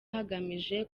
hagamijwe